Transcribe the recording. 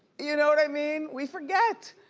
you know what i mean? we forget.